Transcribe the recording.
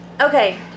Okay